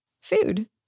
food